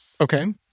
Okay